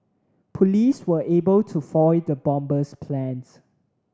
police were able to foil the bomber's plans